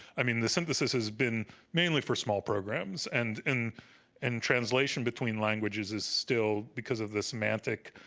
i mean, the synthesis has been mainly for small programs, and in and translation between languages is still because of this semantic